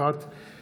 2001,